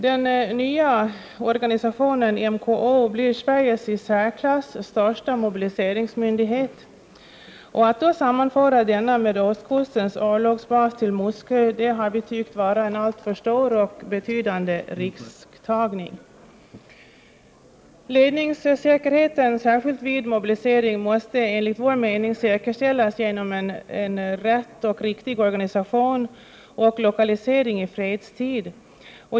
Den nya organisationen MKO blir Sveriges i särklass största mobiliseringsmyndighet. Att då sammanföra denna med ostkustens örlogsbas till Muskö har vi tyckt vara en alltför stor och betydande risktagning. Ledningssäkerheten, särskilt vid mobilisering, måste enligt vår mening säkerställas genom en riktig organisation samt lokalisering i fredstid.